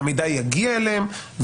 המידע יגיע אליהם,